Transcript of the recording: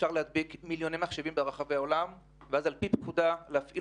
משתלטת על מיליוני מחשבים ברחבי העולם שעל פי פקודה מבצעים